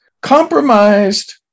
compromised